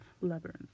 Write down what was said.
Labyrinth